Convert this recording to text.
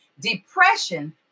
depression